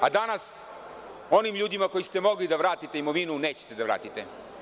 Danas onim ljudima kojima ste mogli da vratite imovinu, nećete da vratite.